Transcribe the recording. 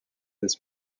this